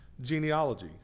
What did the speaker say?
genealogy